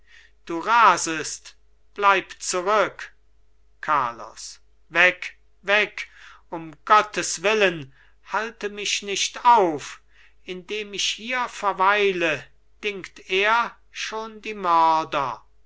du rasest bleib zurück carlos weg weg um gottes willen halte mich nicht auf indem ich hier verweile dingt er schon die mörder